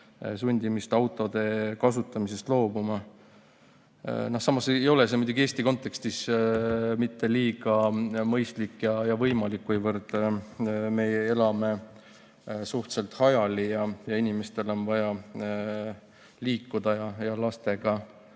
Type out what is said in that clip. sundimist autode kasutamisest loobuma. Samas ei ole see Eesti kontekstis mitte liiga mõistlik ja võimalik, kuivõrd meie elame suhteliselt hajali ja inimestel on vaja liikuda. Ja lastega